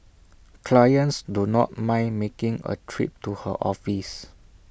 clients do not mind making A trip to her office